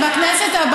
כנסת.